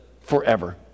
forever